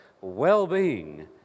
well-being